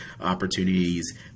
opportunities